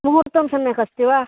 मुहूर्तं सम्यगस्ति वा